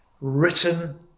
written